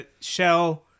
shell